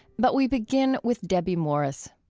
but we begin with debbie morris.